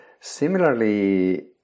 Similarly